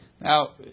Now